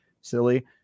silly